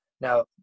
Now